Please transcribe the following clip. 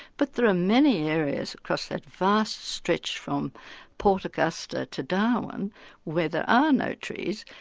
but there are many areas across that vast stretch from port augusta to darwin where there are no trees,